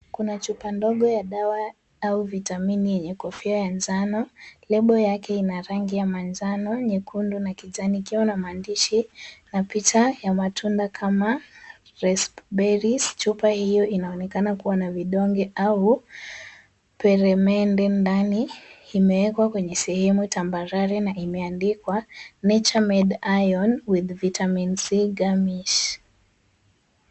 Kuna chupa ndogo ya dawa au vitamini yenye kofia ya njano, lebo yake ina rangi ya manjano, nyekundu na kijani ikiwa na maandishi na picha ya matunda kama raspberries , chupa hiyo inaonekana kuwa na vidonge au peremende ndani, imewekwa kwenye sehemu tambarare na imeandikwa nature made iron with vitamin C gummies .